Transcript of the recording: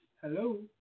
Hello